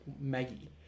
Maggie